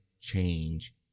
change